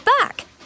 back